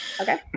Okay